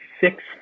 six